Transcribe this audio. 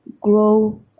grow